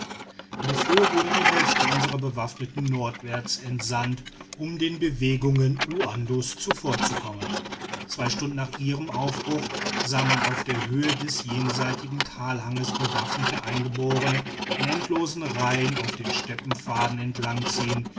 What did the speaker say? in der frühe wurde die hälfte unserer bewaffneten nordwärts entsandt um den bewegungen uandos zuvorzukommen zwei stunden nach ihrem aufbruch sah man auf der höhe des jenseitigen talhanges bewaffnete eingeborene in endlosen reihen auf den